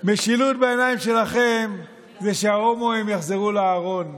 משילות בעיניים שלכם זה שההומואים יחזרו לארון,